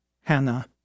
Hannah